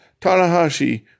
Tanahashi